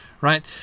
right